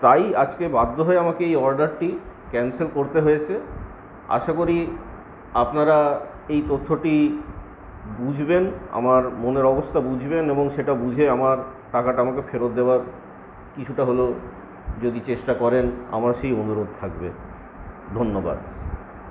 তাই আজকে বাধ্য হয়ে আমাকে এই অর্ডারটি ক্যানসেল করতে হয়েছে আশা করি আপনারা এই তথ্যটি বুঝবেন আমার মনের অবস্থা বুঝবেন এবং সেটা বুঝে আমার টাকাটা আমাকে ফেরত দেওয়ার কিছুটা হলেও যদি চেষ্টা করেন আমার সেই অনুরোধ থাকবে ধন্যবাদ